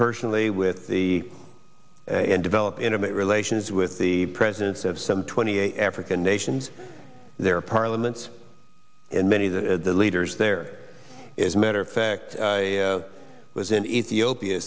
personally with the and develop intimate relations with the presidents of some twenty african nations their parliaments and many of the leaders there is matter of fact i was in ethiopia